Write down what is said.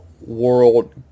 world